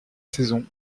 saisons